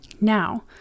Now